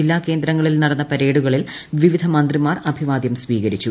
ജില്ലാ കേന്ദ്രങ്ങളിൽ നടന്ന പരേഡുകളിൽ വിവിധ മന്ത്രിമാർ അഭിവാദ്യം സ്വീകരിച്ചു